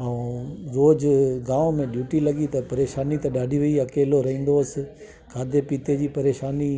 ऐं रोज गांव में ड्यूटी लॻी त परेशानी त ॾाढी हुई अकेलो रहंदो हुअसि खाधे पीते जी परेशानी